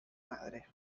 madre